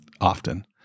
often